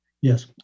Yes